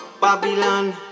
Babylon